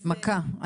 מכה.